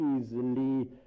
easily